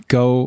go